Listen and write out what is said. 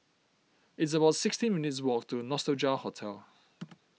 it's about sixteen minutes' walk to Nostalgia Hotel